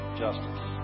justice